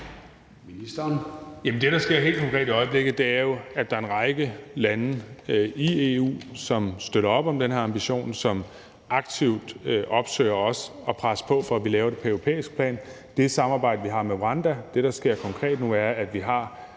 Det, der helt konkret sker i øjeblikket, er jo, at der er en række lande i EU, som støtter op om den her ambition, og som aktivt opsøger os og presser på for, at vi laver det på europæisk plan. Hvad angår det samarbejde, vi har med Rwanda, er det, der sker konkret nu, at vi tager